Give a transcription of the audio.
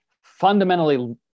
fundamentally